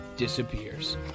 disappears